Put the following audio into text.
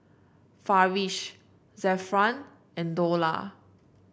Farish Zafran and Dollah